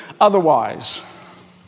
otherwise